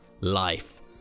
life